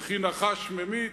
וכי נחש ממית?